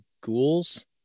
ghouls